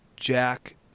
Jack